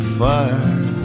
fire